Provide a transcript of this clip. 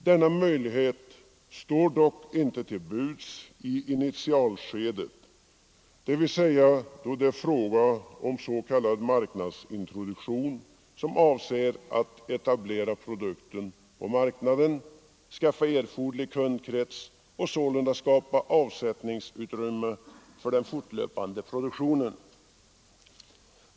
Denna möjlighet står dock inte till buds i initialskedet, dvs. då det är fråga om s.k. marknadsintroduktion, som avser att etablera produkten på marknaden, skaffa erforderlig kundkrets och sålunda skapa avsättningsutrymme för den fortlöpande produktionen.